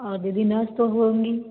और दीदी नर्स तो होंगी